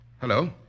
Hello